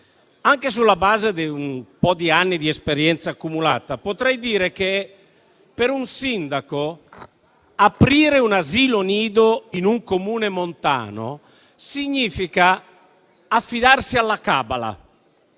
Anche sulla base di un po' di anni di esperienza accumulata, potrei dire che per un sindaco aprire un asilo nido in un Comune montano significa affidarsi alla cabala,